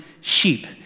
sheep